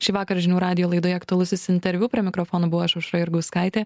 šįvakar žinių radijo laidoje aktualusis interviu prie mikrofono buvau aš aušra jurgauskaitė